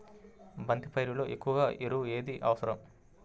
బంతి పైరులో ఎక్కువ ఎరువు ఏది అవసరం?